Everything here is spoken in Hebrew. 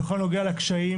בכל הנוגע לקשיים.